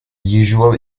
usual